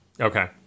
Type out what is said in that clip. Okay